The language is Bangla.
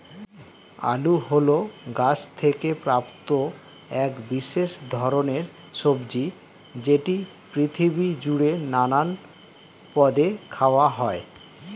আলু হল গাছ থেকে প্রাপ্ত এক বিশেষ ধরণের সবজি যেটি পৃথিবী জুড়ে নানান পদে খাওয়া হয়